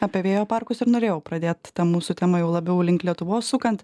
apie vėjo parkus ir norėjau pradėt tą mūsų temą jau labiau link lietuvos sukant